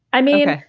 i mean, ah